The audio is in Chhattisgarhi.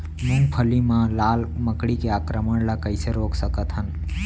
मूंगफली मा लाल मकड़ी के आक्रमण ला कइसे रोक सकत हन?